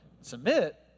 submit